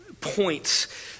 points